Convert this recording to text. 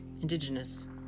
indigenous